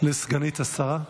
לסגנית השר.